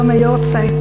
יום היארצייט,